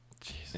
Jesus